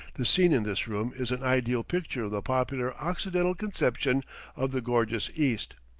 the scene in this room is an ideal picture of the popular occidental conception of the gorgeous east.